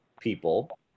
people